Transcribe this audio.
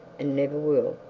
and never will.